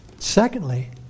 secondly